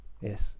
yes